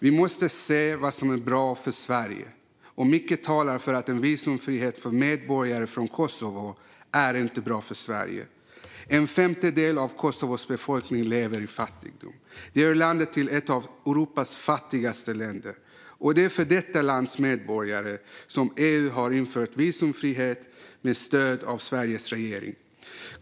Vi måste se vad som är bra för Sverige, och mycket talar för att visumfrihet för medborgare från Kosovo inte är bra för Sverige. En femtedel av Kosovos befolkning lever i fattigdom. Det gör landet till ett av Europas fattigaste länder. Det är för detta lands medborgare som EU har infört visumfrihet med stöd av Sveriges regering.